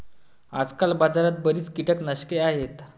आजकाल बाजारात बरीच कीटकनाशके आहेत